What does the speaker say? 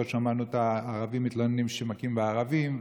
פה שמענו את הערבים מתלוננים שמכים ערבים,